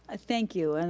ah thank you. and